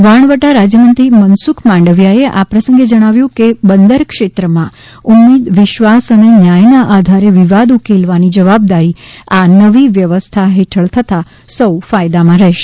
વહાણવટા રાજ્યમંત્રી મનસુખ માંડવિયાએ આ પ્રસંગે જણાવ્યુ હતું કે બંદર ક્ષેત્ર માં ઉમ્મીદ વિશ્વાસ અને ન્યાયના આધારે વિવાદ ઉકેલવાની જવાબદારી આ નવી વ્યવસ્થા હેઠળ થતાં સૌ ફાયદા માં રહેશે